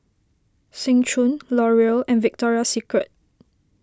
Seng Choon Laurier and Victoria Secret